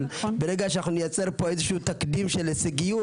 אבל ברגע שנייצר פה איזשהו תקדים של הישגיות,